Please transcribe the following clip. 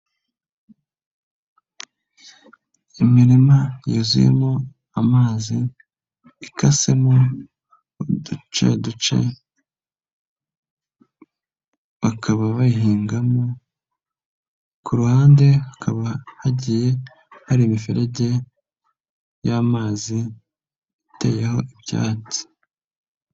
Imirima yuzuyemo amazi ikasemo uduce duce bakaba bayihingamo ku ruhande hakaba hagiye hari imiferege y'amazi yateyeho ibyatsi.